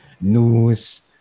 news